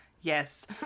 Yes